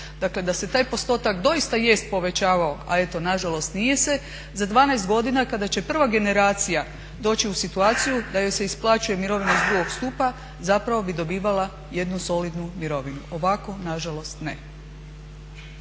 Dakle, da se taj postotak doista jest povećavao, a eto na žalost nije se. Za 12 godina kada će prva generacija doći u situaciju da joj se isplaćuje mirovina iz drugog stupa zapravo bi dobivala jednu solidnu mirovinu. Ovako na žalost ne.